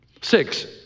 Six